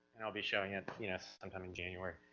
and i'll be showing it sometime in january.